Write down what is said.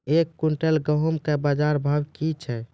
एक क्विंटल गेहूँ के बाजार भाव की छ?